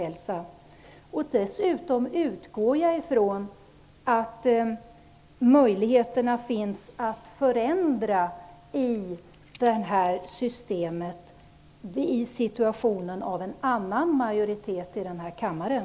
Dessutom utgår jag ifrån att möjligheterna finns att förändra i systemet vid situationen av en annan majoritet i den här kammaren.